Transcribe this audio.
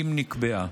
אם נקבעה.